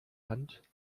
hand